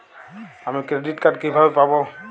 আমি credit card কিভাবে পাবো?